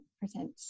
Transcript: percent